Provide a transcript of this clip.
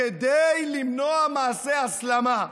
כדי למנוע מעשי הסלמה.